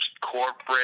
corporate